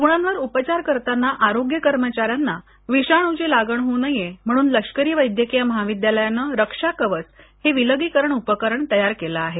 रुग्णांवर उपचार करताना आरोग्य कर्मचाऱ्यांना विषाणूची लागण होऊ नये म्हणून लष्करी वैद्यकीय महाविद्यालयाने रक्षा कवच हे विलगीकरण उपकरण तयार केलं आहे